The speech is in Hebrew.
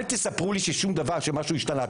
אל תספרו לי שמשהו השתנה.